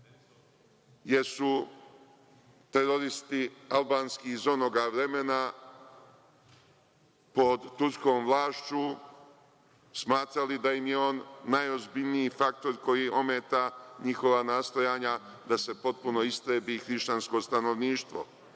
su teroristi albanski iz onog vremena pod turskom vlašću smatrali da im je on najozbiljniji faktor koji ometa njihova nastojanja da se potpuno istrebi hrišćansko stanovništvo